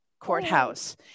courthouse